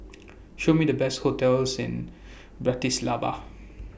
Show Me The Best hotels in Bratislava